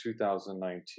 2019